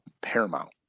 paramount